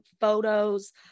photos